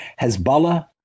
Hezbollah